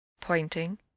pointing